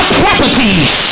properties